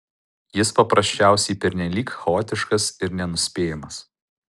jis paprasčiausiai pernelyg chaotiškas ir nenuspėjamas